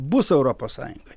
bus europos sąjungoj